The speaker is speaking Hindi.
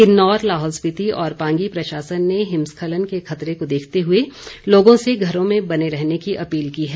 किन्नौर लाहौल स्पीति और पांगी प्रशासन ने हिमस्खलन के खतरे को देखते हुए लोगों से घरों में बने रहने की अपील की है